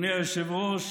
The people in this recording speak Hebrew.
אדוני היושב-ראש,